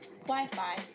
Wi-Fi